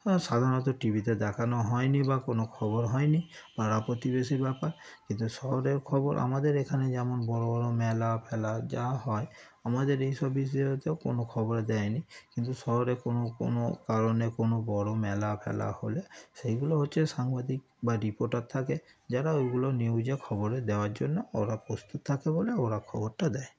হ্যাঁ সাধারণত টি ভিতে দেখানো হয় না বা কোনো খবর হয় না পাড়া প্রতিবেশীর ব্যাপার কিন্তু শহরের খবর আমাদের এখানে যেমন বড় বড় মেলা ফেলা যা হয় আমাদের এইসব বিষয়তেও কোনো খবরে দেয় না কিন্তু শহরে কোনো কোনো কারণে কোনো বড় মেলা ফেলা হলে সেগুলো হচ্ছে সাংবাদিক বা রিপোর্টার থাকে যারা ওগুলো নিউজে খবরে দেওয়ার জন্য ওরা প্রস্তুত থাকে বলে ওরা খবরটা দেয়